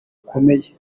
gukomeye